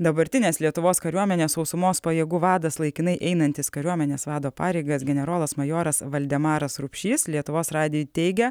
dabartinės lietuvos kariuomenės sausumos pajėgų vadas laikinai einantis kariuomenės vado pareigas generolas majoras valdemaras rupšys lietuvos radijui teigia